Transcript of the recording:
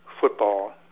football